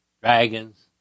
dragons